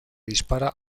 dispara